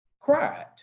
cried